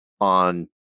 on